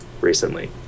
recently